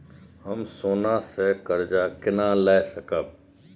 हम सोना से कर्जा केना लाय सकब?